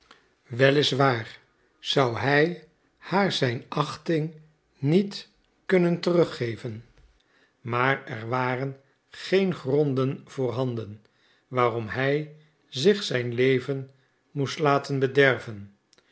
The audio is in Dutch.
waar zou hij haar zijn achting niet kunnen teruggeven maar er waren geen gronden voorhanden waarom hij zich zijn leven moest laten bederven